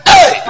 Hey